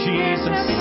Jesus